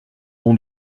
bon